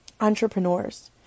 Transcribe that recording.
entrepreneurs